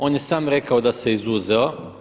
On je sam rekao da se izuzeo.